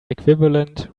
equivalent